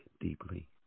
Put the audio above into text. deeply